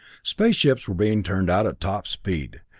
space ships were being turned out at top speed,